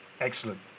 Excellent